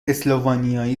اسلوونیایی